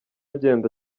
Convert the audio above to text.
agenda